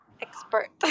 expert